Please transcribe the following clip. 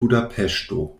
budapeŝto